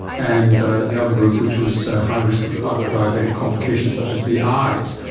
and the other group which was high risk of other diabetic complications such as the eyes.